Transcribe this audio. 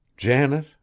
Janet